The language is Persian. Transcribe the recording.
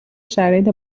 شرایط